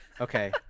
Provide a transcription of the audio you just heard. Okay